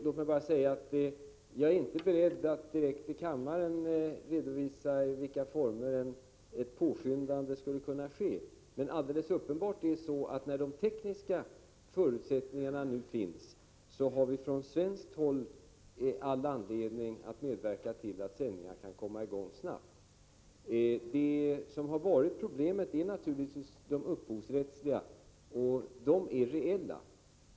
Låt mig bara säga att jag inte är beredd att inför kammaren redovisa i vilka former ett påskyndande skulle kunna ske, men när de tekniska förutsättningarna nu finns är det alldeles uppenbart att vi från svenskt håll har all anledning att medverka till att sändningar kan komma i gång snabbt. Problemet gäller naturligtvis upphovsrättsliga frågor, och de är reella.